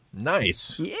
Nice